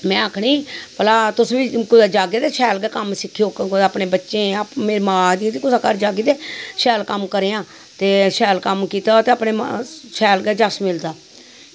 ते में आक्खनी कि भला तुस बी कुदै जाह्गे ते भला शैल गै कम्म सिक्खयो ते मेरे बच्चे मेरी मां आक्खदी ही की कुसै दे घर जाह्गी ते शैल कम्म करेआं शैल कम्म कीता ते शैल गै यश मिलदा